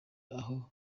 aho